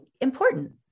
important